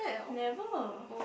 never